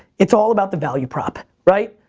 it's all about the value prop, right?